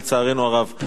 לצערנו הרב.